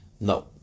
No